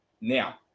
Now